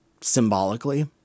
Symbolically